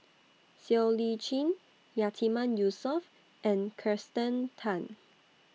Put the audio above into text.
Siow Lee Chin Yatiman Yusof and Kirsten Tan